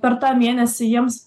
per tą mėnesį jiems